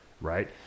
Right